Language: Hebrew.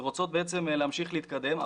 ורוצות להמשיך להתקדם,